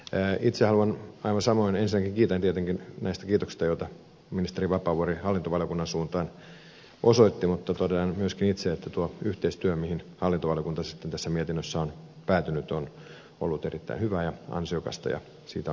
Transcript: ey itse on osa maineensa ensinnäkin kiitän näistä kiitoksista joita ministeri vapaavuori hallintovaliokunnan suuntaan osoitti mutta totean myöskin itse että tuo yhteistyö johon hallintovaliokunta mietinnössään on päätynyt on ollut erittäin hyvää ja ansiokasta ja siitä on hyvä jatkaa